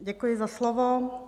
Děkuji za slovo.